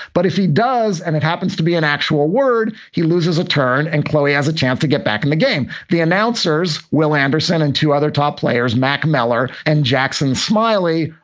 but if he does, and it happens to be an actual word, he loses a turn and chloe has a chance to get back in the game. the announcers, wil anderson, and two other top players, mac miller and jackson smiley,